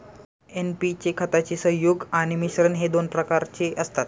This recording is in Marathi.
एन.पी चे खताचे संयुग आणि मिश्रण हे दोन प्रकारचे असतात